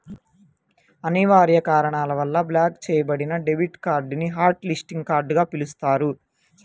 అనివార్య కారణాల వల్ల బ్లాక్ చెయ్యబడిన డెబిట్ కార్డ్ ని హాట్ లిస్టింగ్ కార్డ్ గా పిలుస్తారు